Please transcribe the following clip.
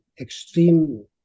extreme